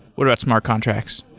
what about smart contracts?